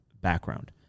background